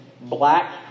black